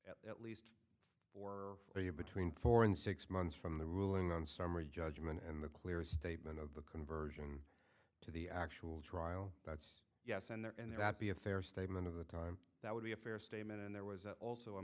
so for a year between four and six months from the ruling on summary judgment and the clear statement of the conversion to the actual trial that's yes and there and that be a fair statement of the time that would be a fair statement and there was also a